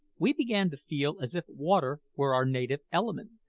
we began to feel as if water were our native element,